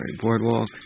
boardwalk